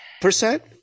percent